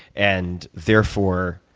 and therefore,